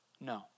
no